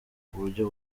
kuburyo